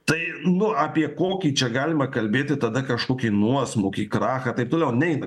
tai nu apie kokį čia galima kalbėti tada kažkokį nuosmukį krachą taip toliau neina